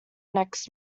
next